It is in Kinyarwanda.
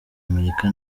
amerika